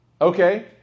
Okay